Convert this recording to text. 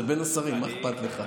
זה בין השרים, מה אכפת לך?